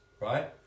Right